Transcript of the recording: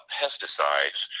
pesticides